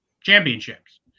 championships